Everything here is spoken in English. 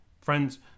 friends